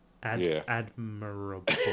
Admirable